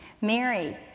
Mary